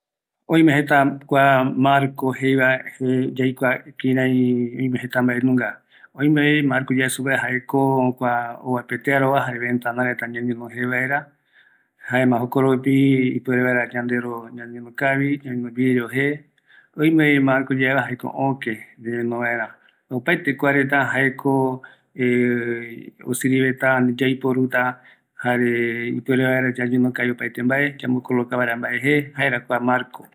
Kua öime ojo vaera ökë ndive va, ventana reva, kua marco jeeva jeje oyemboguapɨ vaera kuareta